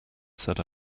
said